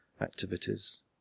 activities